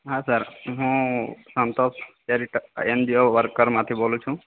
હા સર હું Santok charity NGO વર્કરમાંથી બોલું છું